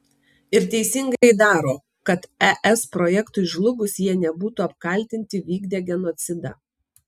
ir teisingai daro kad es projektui žlugus jie nebūtų apkaltinti vykdę genocidą